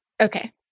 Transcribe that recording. okay